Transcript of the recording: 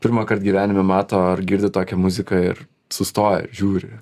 pirmąkart gyvenime mato ar girdi tokią muziką ir sustoję žiūri